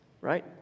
Right